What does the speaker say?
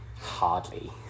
Hardly